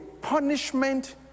punishment